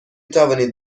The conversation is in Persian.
توانید